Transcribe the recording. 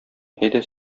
әйдә